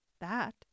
That